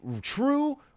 true